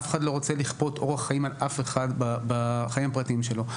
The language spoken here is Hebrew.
אף אחד לא רוצה לכפות אורח חיים על אף אחד בחיים הפרטיים שלו,